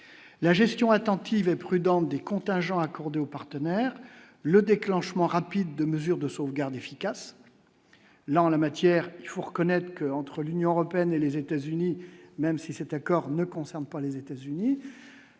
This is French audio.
la gestion attentive et prudente des contingents aux partenaires le déclenchement rapide de mesures de sauvegarde efficace la en la matière, il faut reconnaître que, entre l'Union européenne et les États-Unis. Même si cet accord ne concerne pas les États-Unis,